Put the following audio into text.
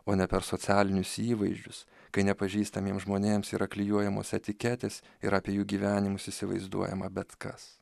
o ne per socialinius įvaizdžius kai nepažįstamiems žmonėms yra klijuojamos etiketės ir apie jų gyvenimus įsivaizduojama bet kas